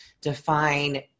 define